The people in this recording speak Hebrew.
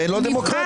זה לא דמוקרטי?